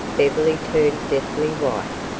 beverly turned deathly white,